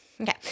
Okay